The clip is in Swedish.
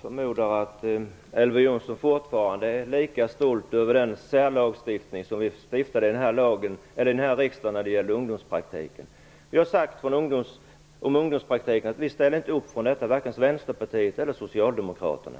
förmodar att Elver Jonsson fortfarande är lika stolt över den särlagstiftning som riksdagen åstadkom när det gäller ungdomspraktiken. Vi har sagt att vi inte ställer upp på den, vare sig från Vänsterpartiet eller Socialdemokraterna.